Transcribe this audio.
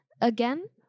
again